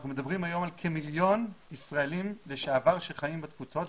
אנחנו מדברים היום על כמיליון ישראלים לשעבר שחיים בתפוצות,